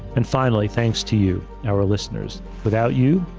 and finally, thanks to you, our listeners. without you,